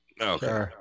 Okay